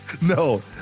No